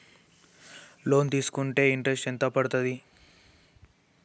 Loan తీస్కుంటే interest ఎంత పడ్తది?